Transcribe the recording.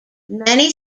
many